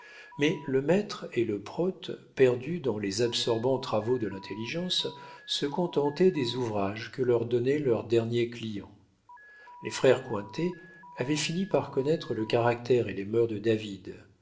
mais le maître et le prote perdus dans les absorbants travaux de l'intelligence se contentaient des ouvrages que leur donnaient leurs derniers clients les frères cointet avaient fini par connaître le caractère et les mœurs de david